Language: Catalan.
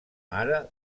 mare